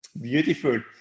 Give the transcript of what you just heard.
beautiful